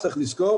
צריך לזכור,